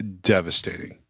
devastating